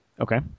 Okay